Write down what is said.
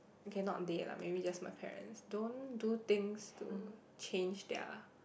okay not they lah maybe just my parents don't do things to change their